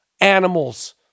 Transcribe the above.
animals